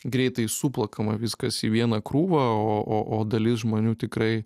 greitai suplakama viskas į vieną krūvą o o o dalis žmonių tikrai